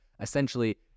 essentially